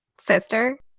Sister